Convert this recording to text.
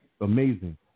amazing